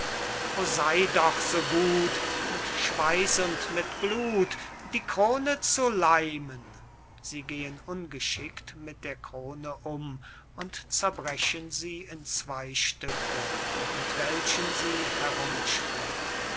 o sey doch so gut mit schweiß und mit blut die krone zu leimen sie gehn ungeschickt mit der krone um und zerbrechen sie in zwey stücke mit welchen sie